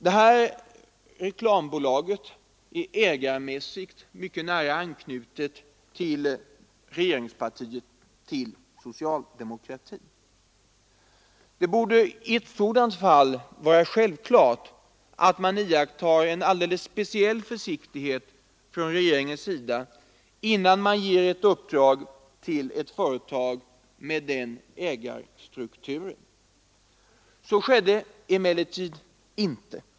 Detta reklambolag är ägarmässigt mycket nära anslutet till regeringspartiet, till socialdemokratin. Det borde i ett sådant fall vara självklart för regeringen att iaktta en speciell försiktighet innan den ger ett uppdrag till ett företag med sådana ägandeförhållanden.